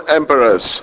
emperors